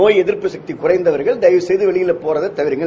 நோப் எதிர்ப்பு சக்தி குறைந்தவர்கள் தயவு செய்து வெளியில போறத தவிருங்கள்